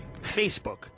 Facebook